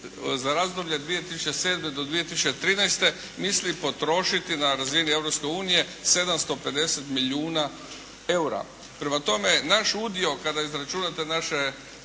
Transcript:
za razdoblje 2007. do 2013. misli potrošiti na razini Europske unije 750 milijuna eura. Prema tome, naš udio kada izračunate naše